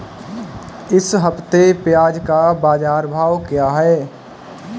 इस हफ्ते प्याज़ का बाज़ार भाव क्या है?